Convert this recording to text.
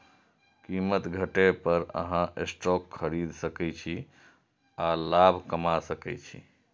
कीमत घटै पर अहां स्टॉक खरीद सकै छी आ लाभ कमा सकै छी